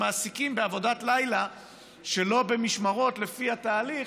מעסיקים בעבודת לילה שלא במשמרות לפי התהליך,